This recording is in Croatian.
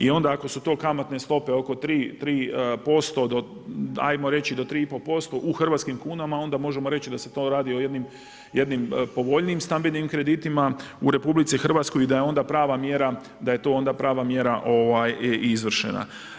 I onda ako su to kamatne stope oko 3% ajmo reći do 3,5% u hrvatskim kunama, onda možemo reći da se to radi o jednim povoljnijim stambenim kreditima u RH i da je to onda prava mjera izvršena.